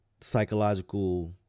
psychological